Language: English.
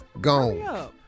gone